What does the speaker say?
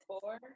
Four